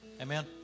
amen